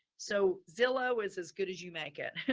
so zillow is as good as you make it.